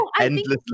endlessly